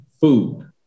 food